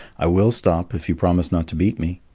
i will stop if you promise not to beat me.